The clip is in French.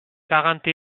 quarante